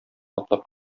атлап